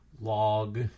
log